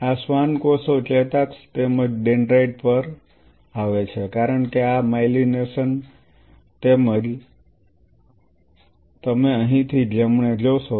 આ શ્વાન કોષો ચેતાક્ષ અને તેમજ ડેંડ્રાઇટ પર આવે છે કારણ કે આ માયલિનેશન તમે અહીંથી જમણે જોશો